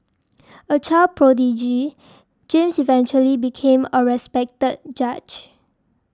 a child prodigy James eventually became a respected judge